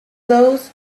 those